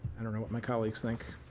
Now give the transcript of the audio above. don't know what my colleagues think.